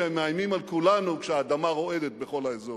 שמאיימים על כולנו כשהאדמה רועדת בכל האזור.